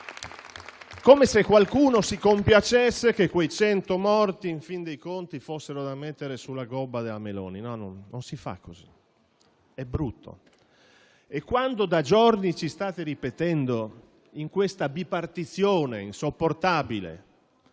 Come se qualcuno si compiacesse che quei cento morti in fin dei conti fossero da mettere sulla gobba della Meloni: non si fa così, è brutto. Da giorni ci state ripetendo, in questa bipartizione insopportabile,